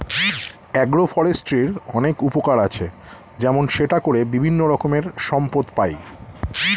agro ফরেস্ট্রির অনেক উপকার আছে, যেমন সেটা করে বিভিন্ন রকমের সম্পদ পাই